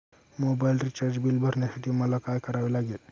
Mobile recharge bill भरण्यासाठी मला काय करावे लागेल?